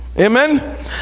amen